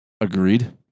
Agreed